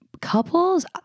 couples